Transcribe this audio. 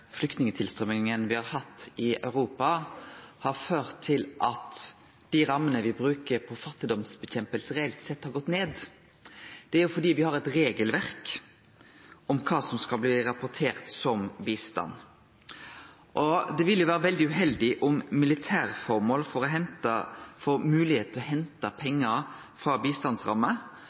som vi selvsagt skal følge opp også i internasjonale fora. Det er eit paradoks at den auka flyktningtilstrøyminga me har hatt i Europa, har ført til at dei rammene vi bruker på kampen mot fattigdom, reelt sett har gått ned. Det er fordi me har eit regelverk om kva som skal bli rapportert som bistand. Det ville vere veldig uheldig om ein i samband med militærformål